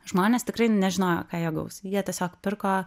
žmonės tikrai nežinojo ką jie gaus jie tiesiog pirko